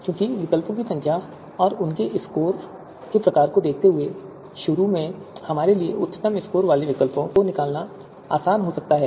क्योंकि विकल्पों की संख्या और उनके स्कोर के प्रकार को देखते हुए शुरू में हमारे लिए उच्चतम स्कोर वाले विकल्पों को निकालना आसान हो सकता है